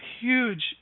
huge